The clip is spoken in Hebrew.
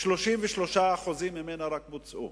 רק 33% ממנה בוצעו.